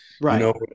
Right